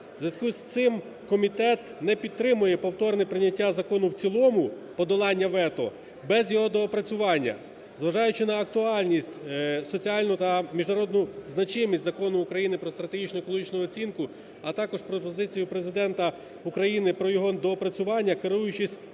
В зв'язку з цим комітет не підтримує повторне прийняття закону в цілому – подолання вето без його доопрацювання. Зважаючи на актуальність соціальну та міжнародну значимість Закону України про стратегічну екологічну оцінку, а також пропозицію Президента України про його доопрацювання, керуючись